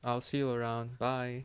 I'll see you around bye